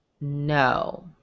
No